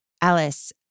Alice